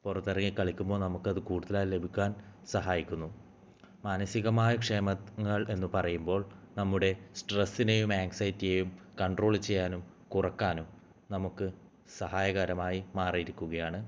പുറത്തിറങ്ങി കളിക്കുമ്പോൾ നമുക്കത് കൂടുതലായി ലഭിക്കാൻ സഹായിക്കുന്നു മാനസികമായ ക്ഷേമങ്ങൾ എന്ന് പറയുമ്പോൾ നമ്മുടെ സ്ട്രെസ്സിനെയും ആങ്സൈറ്റിയെയും കണ്ട്രോള് ചെയ്യാനും കുറയ്ക്കാനും നമുക്ക് സഹായകരമായി മാറിയിരിക്കുകയാണ്